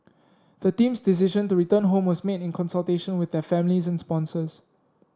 the team's decision to return home was made in consultation with their families and sponsors